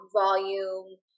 volume